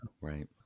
Right